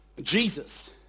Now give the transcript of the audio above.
Jesus